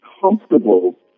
comfortable